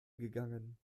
gegangen